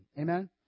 Amen